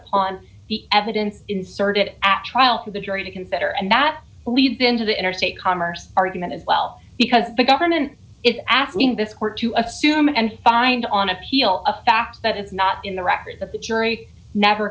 did on the evidence inserted act the jury to consider and that leads them to the interstate commerce argument as well because the government is asking this court to assume and find on appeal a fact that it's not in the record that the jury never